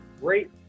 great